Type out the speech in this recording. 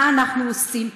מה אנחנו עושים פה.